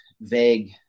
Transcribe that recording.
vague